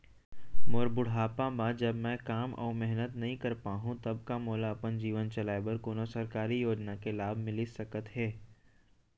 मोर बुढ़ापा मा जब मैं काम अऊ मेहनत नई कर पाहू तब का मोला अपन जीवन चलाए बर कोनो सरकारी योजना के लाभ मिलिस सकत हे?